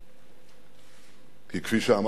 כי כפי שאמרת,